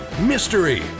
mystery